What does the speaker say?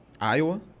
Iowa